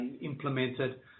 implemented